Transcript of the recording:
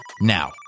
now